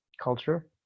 Culture